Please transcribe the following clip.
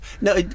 No